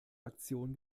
aktion